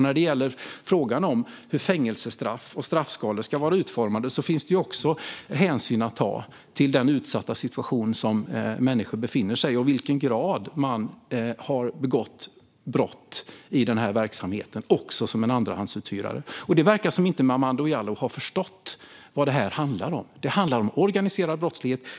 När det gäller hur fängelsestraff och straffskalor ska utformas finns det hänsyn att ta till den utsatta situation som människor befinner sig i och till i vilken grad de har begått brott i den här verksamheten, också som andrahandsuthyrare. Det verkar som att Momodou Malcolm Jallow inte har förstått vad det här handlar om. Det handlar om organiserad brottslighet.